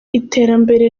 iterambere